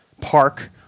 park